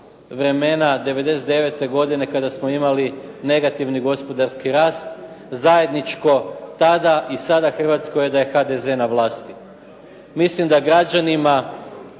vremena '99. godine kada smo imali negativni gospodarski rast. Zajedničko tada i sada Hrvatskoj je da je HDZ na vlasti. Mislim da građanima